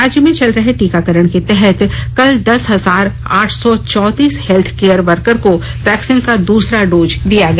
राज्य में चल रहे टीकाकरण के तहत कल दस हजार आठ सौ चौतीस हेल्थ केयर वर्कर को वैक्सीन का दूसरा डोज दिया गया